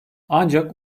ancak